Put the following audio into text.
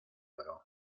oro